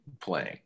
playing